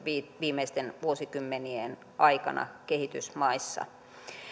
viimeisten vuosikymmenien aikana kehitysmaissa